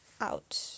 out